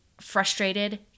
frustrated